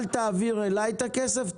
אל תעביר אלי את הכסף,